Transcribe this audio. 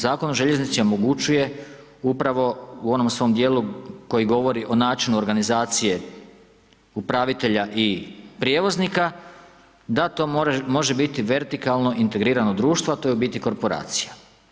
Zakon o željeznici omogućuje upravo u onom svom dijelu koji govori o načinu organizacije upravitelja i prijevoznika, da to može biti vertikalno integrirano društvo, a to je u biti korporacija.